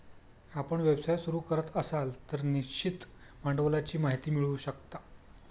आपण व्यवसाय सुरू करत असाल तर निश्चित भांडवलाची माहिती मिळवू शकता